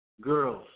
girls